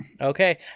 Okay